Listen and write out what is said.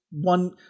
one